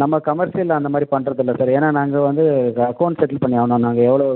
நம்ம கமெர்சியலில் அந்த மாதிரி பண்ணுறது இல்லை சார் ஏன்னால் நாங்கள் வந்து அக்கௌண்ட்ஸ் செட்டில் பண்ணி ஆகணும் நாங்கள் எவ்வளோ